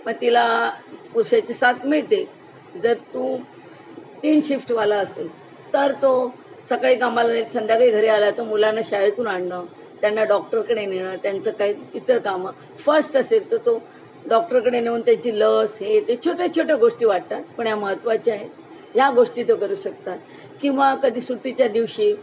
मग तिला पुरुषाची साथ मिळते जर तो तीन शिफ्टवाला असेल तर तो सकाळी कामाला जाईल संध्याकाळी घरी आल्यावर मुलांना शाळेतून आणणं त्यांना डॉक्टरकडे नेणं त्यांचं काही इतर कामं फर्स्ट असेल तर तो डॉक्टरकडे नेऊन त्याची लस हे ते छोट्या छोट्या गोष्टी वाटतात पण या महत्त्वाच्या आहे ह्या गोष्टी तो करू शकतात किंवा कधी सुटीच्या दिवशी